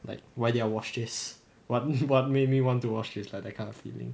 like why did I watch this what what made me want to watch this like that kind of feeling